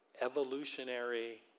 evolutionary